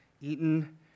Eaton